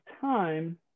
time